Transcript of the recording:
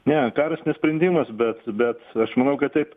ne karas ne sprendimas bet bet aš manau kad taip